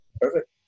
Perfect